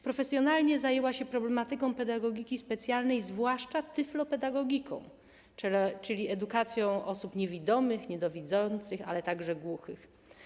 Profesjonalnie zajęła się problematyką pedagogiki specjalnej, zwłaszcza tyflopedagogiką, czyli edukacją osób niewidomych, niedowidzących, ale także głuchych.